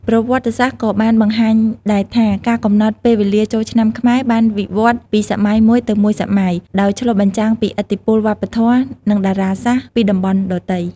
ប្រវត្តិសាស្ត្រក៏បានបង្ហាញដែរថា ការកំណត់ពេលវេលាចូលឆ្នាំខ្មែរបានវិវឌ្ឍន៍ពីសម័យមួយទៅមួយសម័យ ដោយឆ្លុះបញ្ចាំងពីឥទ្ធិពលវប្បធម៌ និងតារាសាស្ត្រពីតំបន់ដទៃ។